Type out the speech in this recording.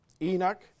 Enoch